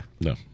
No